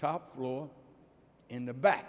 top floor in the back